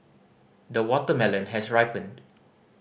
the watermelon has ripened